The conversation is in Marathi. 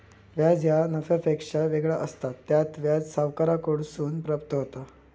व्याज ह्या नफ्यापेक्षा वेगळा असता, त्यात व्याज सावकाराकडसून प्राप्त होता